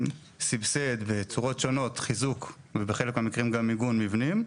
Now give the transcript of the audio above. סבסד בצורות שונות חיזוק ובחלק מהמקרים גם מיגון מבנים.